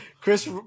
Chris